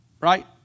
right